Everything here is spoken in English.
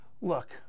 Look